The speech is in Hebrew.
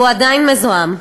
והוא עדיין מזוהם.